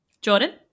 Jordan